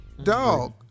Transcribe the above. Dog